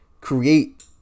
create